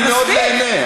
אני מאוד נהנה,